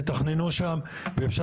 תתכננו שם ואפשר